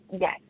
Yes